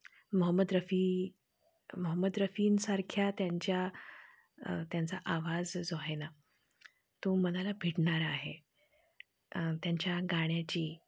मोहम्मद रफी मोहम्मद रफींसारख्या त्यांच्या त्यांचा आवाज जो आहे ना तो मनाला भिडणारा आहे त्यांच्या गाण्याची